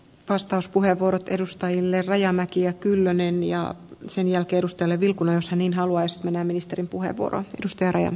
vastauspuheenvuorot edustajille rajamäki ja kyllönen ja sen jakelustellen vilkunansa niin haluaisi mennä arvoisa rouva puhemies